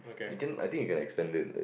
I think you can extend it